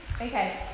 Okay